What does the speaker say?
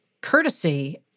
courtesy